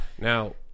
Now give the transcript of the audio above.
now